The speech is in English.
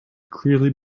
clearly